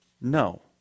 No